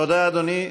תודה, אדוני.